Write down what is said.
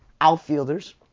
outfielders